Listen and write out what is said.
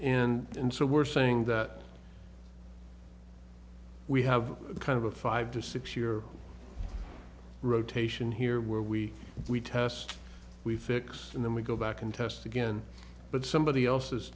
and so we're saying that we have kind of a five to six year rotation here where we we test we fix and then we go back and test again but somebody else